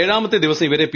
ഏഴാമത്തെ ദിവസം ഇവരും പി